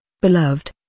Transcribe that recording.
beloved